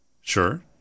Sure